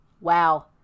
Wow